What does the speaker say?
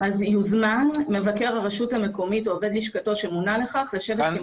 יוזמן מבקר הרשות המקומית או עובד לשכתו שמונה לכך וכולי.